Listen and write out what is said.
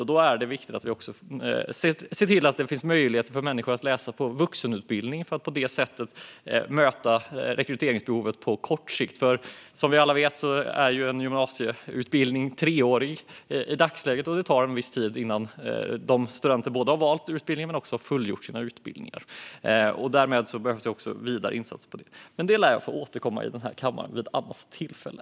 Det är därför viktigt att se till att människor kan läsa på vuxenutbildning. Därigenom kan vi på kort sikt möta rekryteringsbehovet. Som vi alla vet är ju en gymnasieutbildning i dagsläget treårig, och det tar en viss tid innan studenter har valt utbildning och sedan fullgjort den. Det finns alltså ytterligare insatser att göra på området, men det lär jag få återkomma till vid ett annat tillfälle.